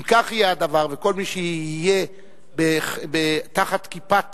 אם כך יהיה הדבר וכל מי שיהיה תחת כיפת